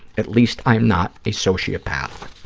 at least i am not a sociopath.